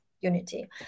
unity